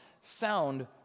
sound